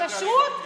כשרות?